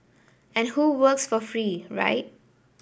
and who works for free right